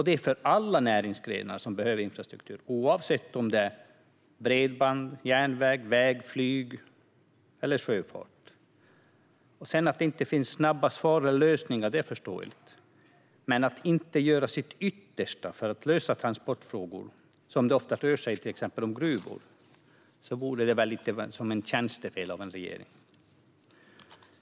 Det gäller alla näringsgrenar som behöver infrastruktur, oavsett om det är bredband, järnväg, väg, flyg eller sjöfart. Att det inte finns snabba svar eller lösningar är förståeligt. Men att inte göra sitt yttersta för att lösa transportfrågor, som det oftast rör sig om när det gäller till exempel gruvor, vore väl lite av ett tjänstefel av en regering.